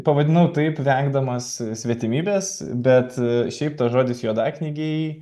pavadinau taip vengdamas svetimybės bet šiaip tas žodis juodaknygiai